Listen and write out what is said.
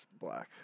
black